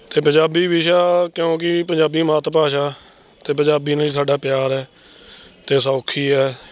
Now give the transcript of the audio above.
ਅਤੇ ਪੰਜਾਬੀ ਵਿਸ਼ਾ ਕਿਉਂਕਿ ਪੰਜਾਬੀ ਮਾਤ ਭਾਸ਼ਾ ਅਤੇ ਪੰਜਾਬੀ ਨਾਲ ਹੀ ਸਾਡਾ ਪਿਆਰ ਹੈ ਅਤੇ ਸੌਖੀ ਹੈ